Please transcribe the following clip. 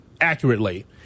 accurately